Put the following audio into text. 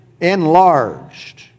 Enlarged